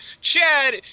Chad